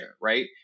right